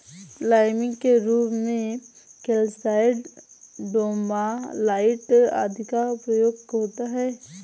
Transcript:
liming के रूप में कैल्साइट, डोमालाइट आदि का प्रयोग होता है